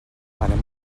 anem